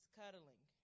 cuddling